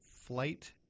flight